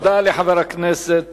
תודה לחבר הכנסת